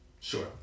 Sure